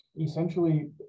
essentially